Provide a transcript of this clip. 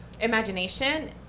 imagination